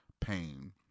pain